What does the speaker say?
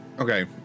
Okay